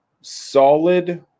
solid